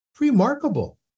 remarkable